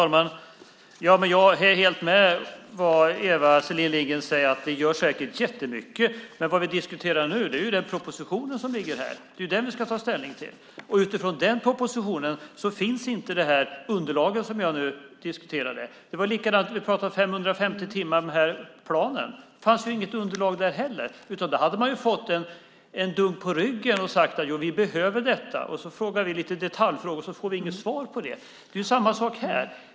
Fru talman! Jag är helt med på vad Eva Selin Lindgren säger om att det säkert görs jättemycket. Men vad vi diskuterar nu är den proposition som ligger här. Det är den vi ska ta ställning till. Utifrån den propositionen finns inte det underlag som jag nu diskuterade. Det var likadant när vi pratade om de 550 timmarna för planen. Det fanns inget underlag där heller. Där hade man fått en dunk på ryggen och sagt: Vi behöver detta. När vi sedan ställer detaljfrågor får vi inga svar på dem. Det är samma sak här.